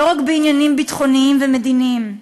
לא רק בעניינים ביטחוניים ומדיניים.